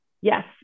Yes